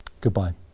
Goodbye